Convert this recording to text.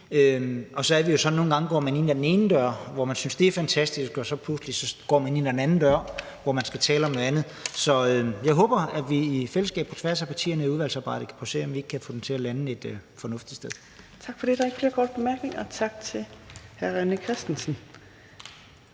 Det er jo nu nogle gange sådan, at man går ind ad en dør og synes, at det er fantastisk, men pludselig går man så ind ad en anden dør, hvor man skal forholde sig til noget andet. Så jeg håber, at vi i fællesskab på tværs af partierne i udvalgsarbejdet kan prøve at se, om vi ikke kan få det til at lande et fornuftigt sted. Kl. 17:41 Fjerde næstformand (Trine Torp): Tak for det. Der er ikke flere korte bemærkninger. Tak til hr. René Christensen.